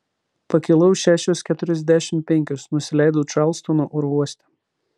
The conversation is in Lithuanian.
pakilau šešios keturiasdešimt penkios nusileidau čarlstono oro uoste